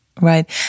Right